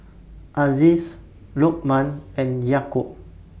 Aziz Lokman and Yaakob